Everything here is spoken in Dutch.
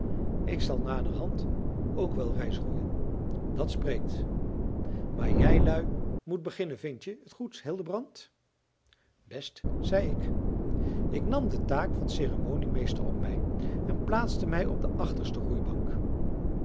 ik zal naderhand ook wel reis roeien dat spreekt maar jijlui moet beginnen vindje t goed hildebrand best zei ik ik nam de taak van ceremoniemeester op mij en plaatste mij op de achterste roeibank